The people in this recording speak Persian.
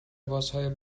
لباسهای